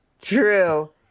True